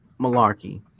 malarkey